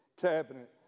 cabinet